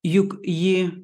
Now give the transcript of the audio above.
juk ji